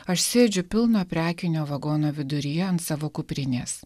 aš sėdžiu pilno prekinio vagono viduryje ant savo kuprinės